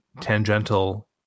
tangential